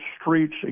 streets